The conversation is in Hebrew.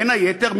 בין היתר,